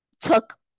took